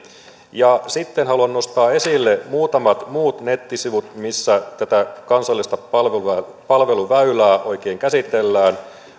sitten haluan nostaa esille muutamat muut nettisivut missä tätä kansallista palveluväylää palveluväylää oikein käsitellään